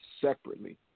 separately